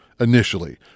Initially